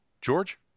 George